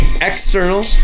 external